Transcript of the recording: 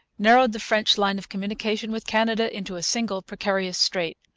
narrowed the french line of communication with canada into a single precarious strait.